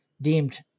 deemed